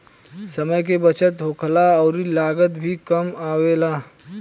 समय के बचत होखेला अउरी लागत भी कम आवेला